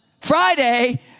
Friday